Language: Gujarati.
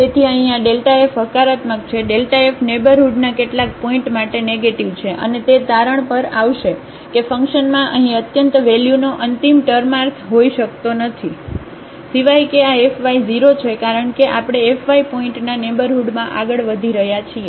તેથી અહીં આ fહકારાત્મક છે f નેઇબરહુડના કેટલાક પોઇન્ટ માટે નેગેટીવ છે અને તે તારણ પર આવશે કે ફંક્શનમાં અહીં અત્યંત વેલ્યુનો અંતિમ ટર્માર્થ હોઈ શકતો નથી સિવાય કે આ fy 0 છે કારણ કે કે આપણે fy પોઇન્ટના નેઇબરહુડમાં આગળ વધી રહ્યા છીએ